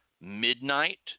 midnight